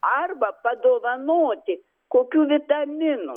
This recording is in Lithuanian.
arba padovanoti kokių vitaminų